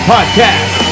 Podcast